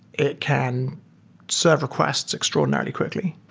it can serve request extraordinarily quickly.